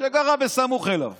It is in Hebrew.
שגרה בסמוך אליו